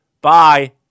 Bye